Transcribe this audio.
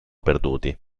perduti